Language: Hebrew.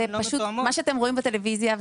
מה שאתם רואים בטלוויזיה,